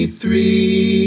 three